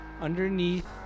Underneath